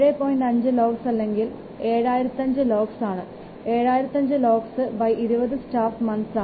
5locs അല്ലെകിൽ 7005locs ആണ് 7005 locs 20 staff months ആണ്